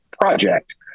project